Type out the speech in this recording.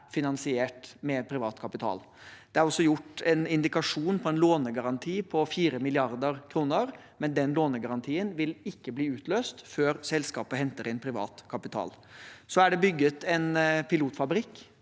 finansiert med privat kapital. Det er også gjort en indikasjon på en lånegaranti på 4 mrd. kr, men den lånegarantien vil ikke bli utløst før selskapet henter inn privat kapital. Det er også bygget en pilotfabrikk,